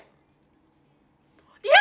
yeah